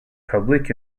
public